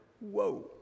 Whoa